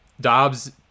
Dobbs